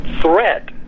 threat